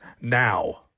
now